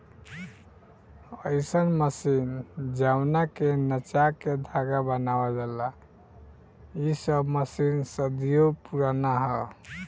अईसन मशीन जवना के नचा के धागा बनावल जाला इ सब मशीन सदियों पुराना ह